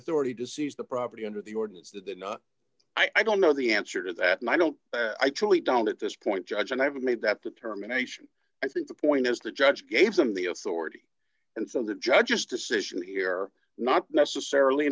authority to seize the property under the ordinance that they're not i don't know the answer to that and i don't i truly don't at this point judge and i haven't made that determination i think the point is the judge gave them the authority and so the judge's decision here not necessarily